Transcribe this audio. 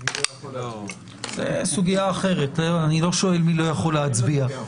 הצבעה התקנות אושרו.